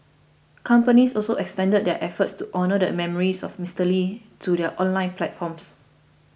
companies also extended their efforts to honour the memories of Mister Lee to their online platforms